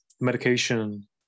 medication